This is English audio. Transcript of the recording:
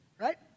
right